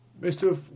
Mr